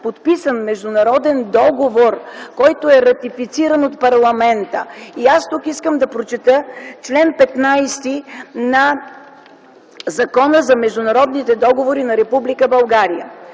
подписан международен договор, който е ратифициран от парламента – тук искам да прочета чл. 15 на Закона за международните договори на Република България,